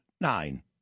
nine